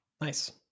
Nice